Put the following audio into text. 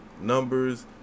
numbers